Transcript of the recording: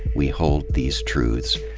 we hold these truths,